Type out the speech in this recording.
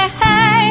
hey